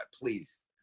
please